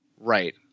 Right